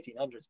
1800s